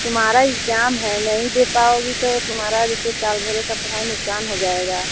तुम्हारा एग्जाम है नहीं दे पाओगी तो तुम्हारा जैसे साल भर ये सब पढ़ाई नुक़सान हो जाएगा